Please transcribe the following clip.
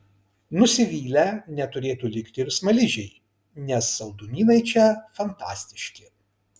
nusivylę neturėtų likti ir smaližiai nes saldumynai čia fantastiški